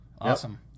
Awesome